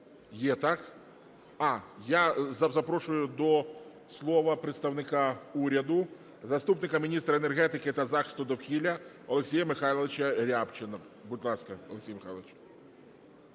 Є, так. Я запрошую до слова представника уряду, заступника міністра енергетики та захисту довкілля Олексія Михайловича Рябчина. Будь ласка, Олексію Михайловичу.